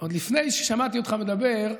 עוד לפני ששמעתי אותך מדבר,